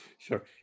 Sure